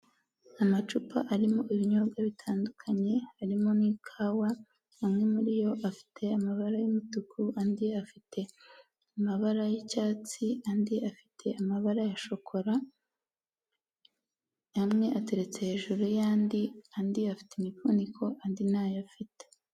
Amacupa arimo ibinyobwa bitandukanye, harimo n'ikawa, amwe muri yo afite amabara y'umutuku andi afite amabara y'icyatsi, andi afite amabara ya shokora, amwe ateretse hejuru y'andi, andi afite imipfuniko, andi ntayo afite.